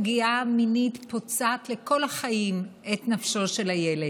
פגיעה מינית פוצעת לכל החיים את נפשו של הילד.